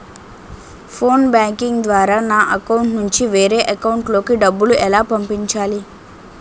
Phone banking ద్వారా నా account నుంచి వేరే అకౌంట్ లోకి డబ్బులు ఎలా పంపించాలి?